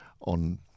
on